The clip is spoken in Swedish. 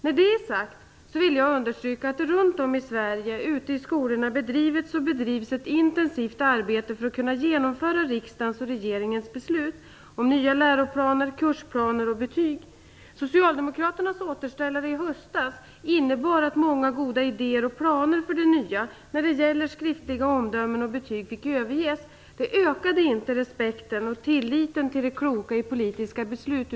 När det är sagt vill jag understryka att det runtom i Sverige ute i skolorna bedrivits och bedrivs ett intensivt arbete för att kunna genomföra riksdagens och regeringens beslut om nya läroplaner, kursplaner och betyg. Socialdemokraternas återställare i höstas innebar att många goda idéer och planer för det nya när det gäller skriftliga omdömen och betygen fick överges. Det ökade inte respekten och tilliten ute i skolorna till det kloka i politiska beslut.